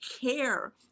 care